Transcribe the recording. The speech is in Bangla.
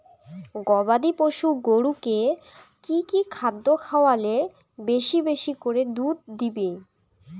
গবাদি পশু গরুকে কী কী খাদ্য খাওয়ালে বেশী বেশী করে দুধ দিবে?